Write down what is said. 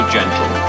gentle